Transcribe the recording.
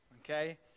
okay